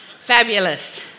Fabulous